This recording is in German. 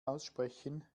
aussprechen